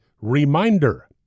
reminder